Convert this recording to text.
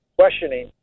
questioning